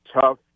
tough